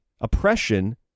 oppression